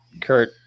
Kurt